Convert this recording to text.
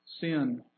Sin